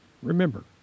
Remember